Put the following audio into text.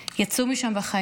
יצאו משם בחיים